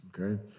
Okay